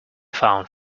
found